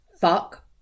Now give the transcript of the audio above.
fuck